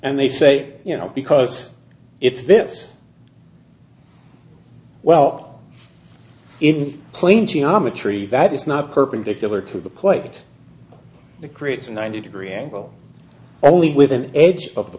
and they say you know because it's this well in plane geometry that is not perpendicular to the plate that creates a ninety degree angle only with an edge of the